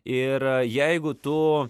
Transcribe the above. ir jeigu tu